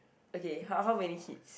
okay how how many kids